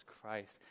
Christ